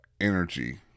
energy